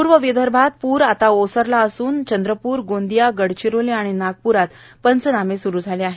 पूर्व विदर्भात पूर ओसरला असून आता चंद्रपुर गोंदया गडचिरोली आणि नागप्रात पंचनामे स्रू झाले आहेत